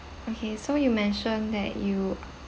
okay so you mentioned that you